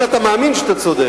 אם אתה מאמין שאתה צודק.